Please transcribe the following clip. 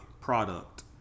product